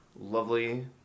lovely